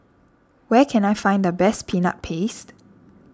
where can I find the best Peanut Paste